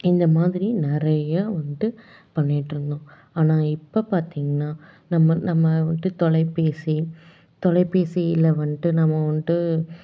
இந்த மாதிரி நிறையா வந்துட்டு பண்ணிட்டு இருந்தோம் ஆனால் இப்போ பார்த்திங்கன்னா நம்ம நம்ம வந்துட்டு தொலைபேசி தொலைபேசியில் வந்துட்டு நம்ம வந்துட்டு